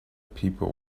people